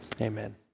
Amen